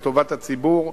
זה לטובת הציבור.